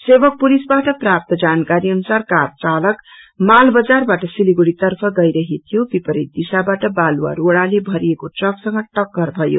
सेवक पुलिसबाट प्राप्त जानकारी अनुसार कार चालक माल बजारमाबाट सिलीगुडी तर्फ गईरहेको थियो विपरीत दिशाबाट बालुवा रोड़ाले भरिएको ट्रकसंग अक्कर भयो